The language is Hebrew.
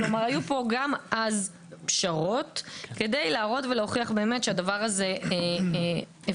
כלומר היו גם אז פשרות כדי להראות ולהוכיח שהדבר הזה הוא אפשרי